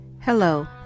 hello